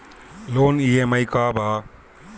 Loan EMI का बा?